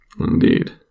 Indeed